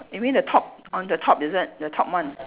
you mean the top on the top is it the top one